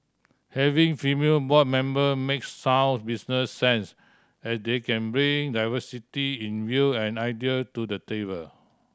having female board member makes sound business sense as they can bring diversity in view and idea to the table